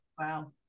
Wow